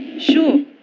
Sure